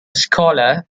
scholar